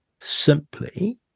simply